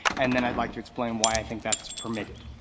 and then i'd like to explain why i think that's permitted.